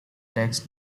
text